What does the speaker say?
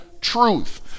truth